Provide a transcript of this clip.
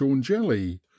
jelly